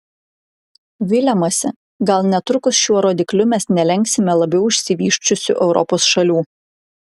viliamasi gal netrukus šiuo rodikliu mes nelenksime labiau išsivysčiusių europos šalių